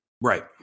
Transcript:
Right